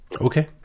Okay